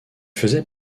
faisaient